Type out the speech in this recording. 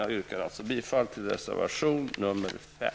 Jag yrkar således bifall till reservation nr 5.